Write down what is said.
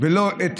לא את